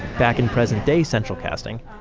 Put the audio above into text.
back in present day central casting,